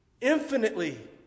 infinitely